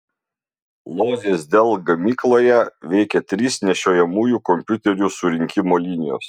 lodzės dell gamykloje veikia trys nešiojamųjų kompiuterių surinkimo linijos